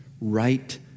right